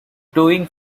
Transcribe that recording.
doing